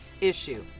issue